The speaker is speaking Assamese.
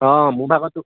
অঁ মোৰ ভাগৰ তোৰ